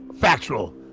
factual